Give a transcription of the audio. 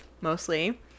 mostly